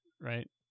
Right